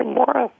more